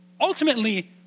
Ultimately